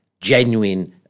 genuine